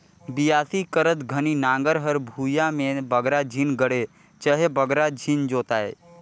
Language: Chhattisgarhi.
बियासी करत घनी नांगर हर भुईया मे बगरा झिन गड़े चहे बगरा झिन जोताए